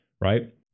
right